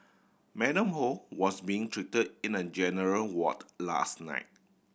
Madam Ho was being treated in a general ward last night